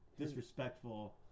disrespectful